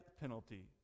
penalty